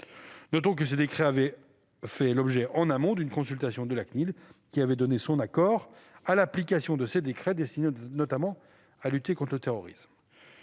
Notons que ces décrets avaient en amont fait l'objet d'une consultation de la CNIL, qui avait donné son accord à l'application de ces décrets destinés notamment à lutter contre le terrorisme.